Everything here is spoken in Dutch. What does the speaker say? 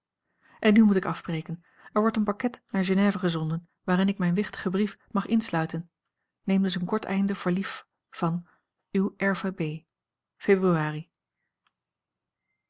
en nu moet ik afbreken er wordt een pakket naar genève gezonden waarin ik mijn wichtigen brief mag insluiten neem dus een kort einde voor lief van februari